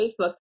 Facebook